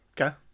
Okay